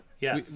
Yes